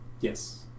Yes